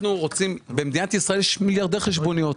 במדינת ישראל יש מיליארדי חשבוניות.